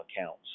accounts